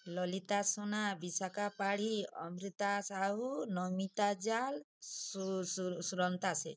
ଲଳିତା ସୁନା ବିଶାଖା ପାଢ଼ୀ ଅମ୍ରିତା ସାହୁ ନମିତା ଜାଲ ସୁ ସୁରନ୍ତା ସେଠ୍